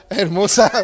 hermosa